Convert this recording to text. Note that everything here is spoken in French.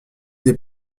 des